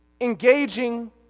Engaging